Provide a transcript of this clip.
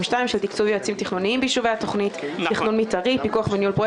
יש ויכוח אם רכש גומלין טוב או לא.